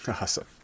Awesome